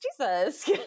Jesus